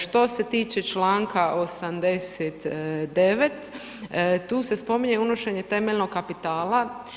Što se tiče čl. 89. tu se spominje unošenje temeljnog kapitala.